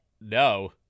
no